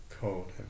cold